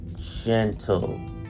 gentle